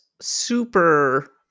super